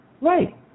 Right